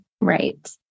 right